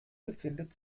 befindet